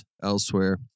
elsewhere